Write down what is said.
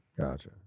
Gotcha